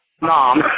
mom